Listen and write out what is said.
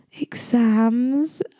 exams